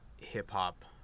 hip-hop